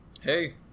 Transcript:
hey